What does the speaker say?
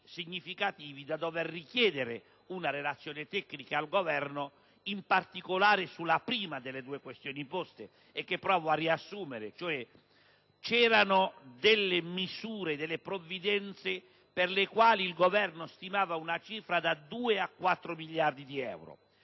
significativi da dover richiedere una relazione tecnica al Governo, in particolare sulla prima delle due questioni poste, che provo a riassumere. C'erano delle provvidenze per le quali il Governo stimava una cifra da 2 a 4 miliardi di euro;